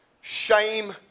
shame